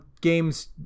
games